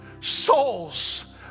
Souls